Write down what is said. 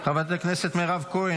חבר הכנסת אושר שקלים,